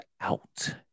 out